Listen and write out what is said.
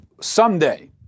someday